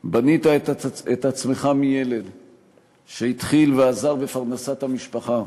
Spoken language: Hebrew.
בנית את עצמך: מילד שהתחיל ועזר בפרנסת המשפחה,